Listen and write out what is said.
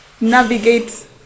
navigate